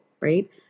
right